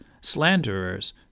slanderers